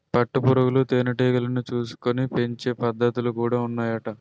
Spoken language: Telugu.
పట్టు పురుగులు తేనె టీగలను చూసుకొని పెంచే పద్ధతులు కూడా ఉన్నాయట